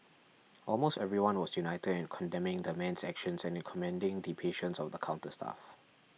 almost everyone was united in condemning the man's actions and in commending the patience of the counter staff